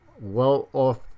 well-off